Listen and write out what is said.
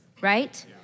right